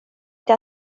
inte